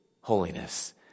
holiness